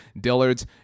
dillard's